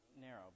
narrow